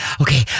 okay